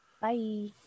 Bye